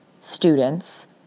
students